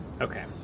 Okay